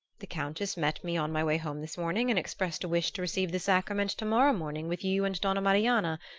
the countess met me on my way home this morning and expressed a wish to receive the sacrament to-morrow morning with you and donna marianna,